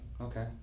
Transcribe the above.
Okay